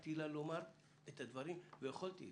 אפשרתי לה לומר את הדברים, ויכולתי.